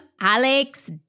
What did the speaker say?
Alex